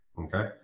Okay